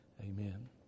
amen